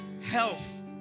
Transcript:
health